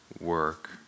work